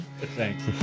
Thanks